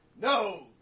No